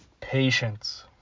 patience